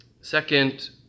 Second